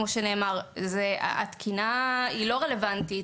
כמו שנאמר: התקינה היא לא רלוונטית.